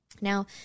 Now